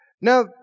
Now